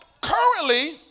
currently